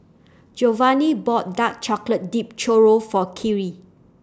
Jovani bought Dark Chocolate Dipped Churro For Kyree